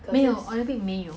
association ah